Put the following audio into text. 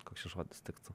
koks čia žodis tiktų